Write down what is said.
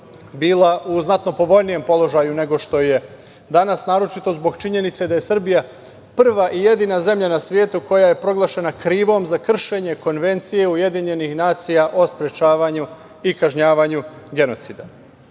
bila u znatno povoljnijem položaju nego što je danas, naročito zbog činjenice da je Srbija prva i jedina zemlja na svetu koja je proglašena krivom za kršenje Konvencije Ujedinjenih nacija o sprečavanju i kažnjavanju genocida. Odnos